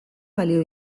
balio